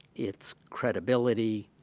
its credibility,